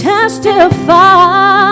Testify